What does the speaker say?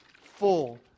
full